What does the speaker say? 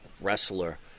wrestler